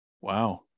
Wow